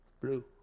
Blue